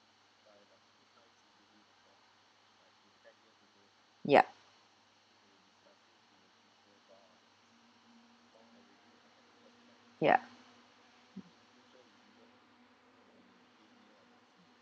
yup ya